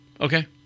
Okay